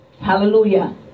Hallelujah